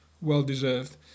well-deserved